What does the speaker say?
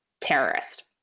terrorist